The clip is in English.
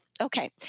Okay